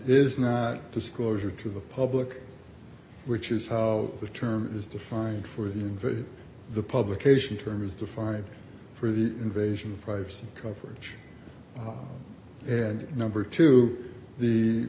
is not disclosure to the public which is how the term is defined for the invasion the publication term is defined for the invasion of privacy coverage and number two the